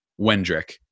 Wendrick